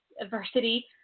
adversity